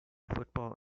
football